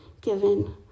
given